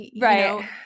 Right